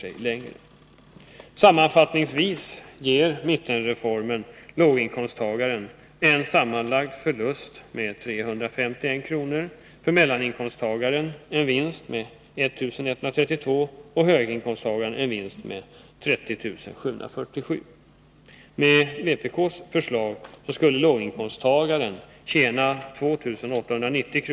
Sammanfattningsvis ger mittenreformen låginkomsttagaren en sammanlagd förlust på 351 kr., mellaninkomsttagaren en vinst på 1132 kr. och höginkomsttagaren en vinst på 30 747 kr. Med vpk:s förslag skulle låginkomsttagaren tjäna 2 890 kr.